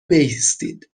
بایستید